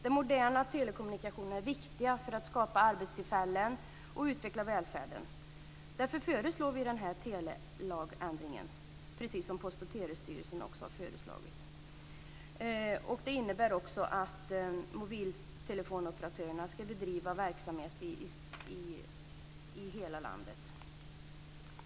De moderna telekommunikationerna är viktiga för att skapa arbetstillfällen och utveckla välfärden. Därför föreslår vi den här telelagändringen, precis som Postoch telestyrelsen har föreslagit. Det innebär också att mobilteleoperatörerna ska bedriva verksamhet i hela landet.